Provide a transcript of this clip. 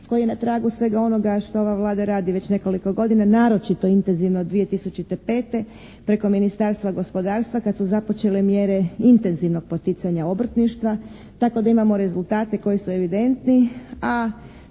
koji je na tragu svega onoga što ova Vlada radi već nekoliko godina naročito intenzivno od 2005. preko Ministarstva gospodarstva kada su započele mjere intenzivnog poticanja obrtništva tako da imamo rezultate koji su evidentni,